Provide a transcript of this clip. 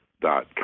dot